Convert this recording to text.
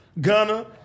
Gunner